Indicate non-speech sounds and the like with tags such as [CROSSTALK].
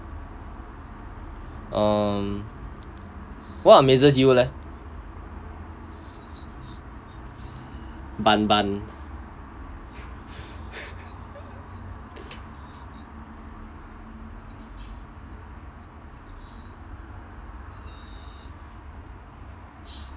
um what amazes you leh bun bun [LAUGHS]